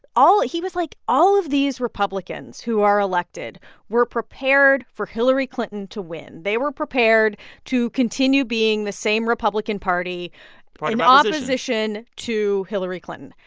all he was like, all of these republicans who are elected were prepared for hillary clinton to win. they were prepared to continue being the same republican party. party of opposition to hillary clinton.